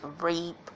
rape